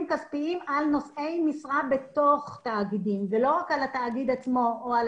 כספיים על נושאי משרה בתוך תאגידים ולא רק על התאגיד עצמו או על